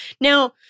Now